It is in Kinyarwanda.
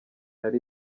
yari